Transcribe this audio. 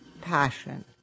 passion